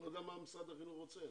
לא יודע מה משרד החינוך רוצה.